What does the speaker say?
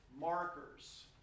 markers